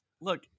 Look